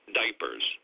diapers